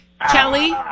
Kelly